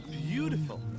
beautiful